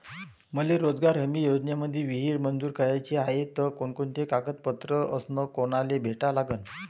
मले रोजगार हमी योजनेमंदी विहीर मंजूर कराची हाये त कोनकोनते कागदपत्र अस कोनाले भेटा लागन?